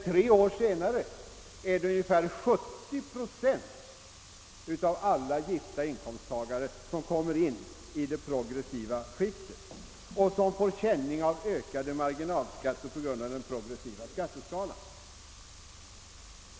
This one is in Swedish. Tre år senare är det ungefär 70 procent av alla gifta inkomsttagare som kommer in i det proressiva skiktet och som får känning av ökade marginalskatter på grund av den progressiva skatteskalan.